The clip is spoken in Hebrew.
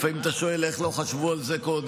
לפעמים אתה שואל: איך לא חשבו על זה קודם.